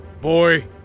Boy